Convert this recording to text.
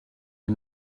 les